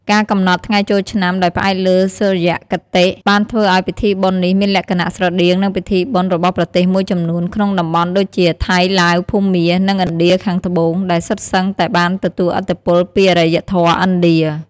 ការកំណត់ថ្ងៃចូលឆ្នាំដោយផ្អែកលើសុរិយគតិ បានធ្វើឲ្យពិធីបុណ្យនេះមានលក្ខណៈស្រដៀងនឹងពិធីបុណ្យរបស់ប្រទេសមួយចំនួនក្នុងតំបន់ដូចជា ថៃ ឡាវ ភូមា និងឥណ្ឌាខាងត្បូង ដែលសុទ្ធសឹងតែបានទទួលឥទ្ធិពលពីអរិយធម៌ឥណ្ឌា។